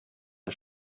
der